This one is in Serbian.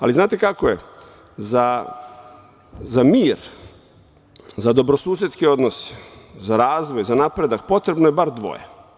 Ali, znate kako je, za mir, za dobrosusedske odnose, za razvoj, za napredak, potrebno je bar dvoje.